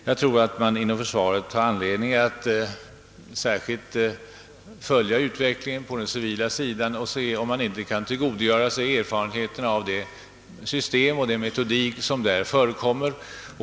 Inom försvaret har man nog anledning att särskilt följa utvecklingen på den civila sidan och se om man inte kan tillgodogöra sig erfarenheterna av den metodik, som där tillämpas.